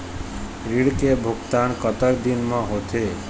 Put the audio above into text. ऋण के भुगतान कतक दिन म होथे?